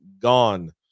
Gone